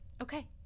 Okay